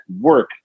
work